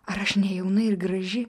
ar aš ne jauna ir graži